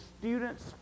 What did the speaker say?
students